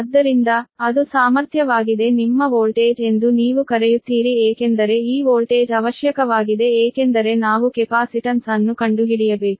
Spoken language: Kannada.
ಆದ್ದರಿಂದ ಅದು ನಿಮ್ಮ ಸಾಮರ್ಥ್ಯವಾಗಿದೆ ನಿಮ್ಮ ವೋಲ್ಟೇಜ್ ಎಂದು ನೀವು ಕರೆಯುತ್ತೀರಿ ಏಕೆಂದರೆ ಈ ವೋಲ್ಟೇಜ್ ಅವಶ್ಯಕವಾಗಿದೆ ಏಕೆಂದರೆ ನಾವು ಕೆಪಾಸಿಟನ್ಸ್ ಅನ್ನು ಕಂಡುಹಿಡಿಯಬೇಕು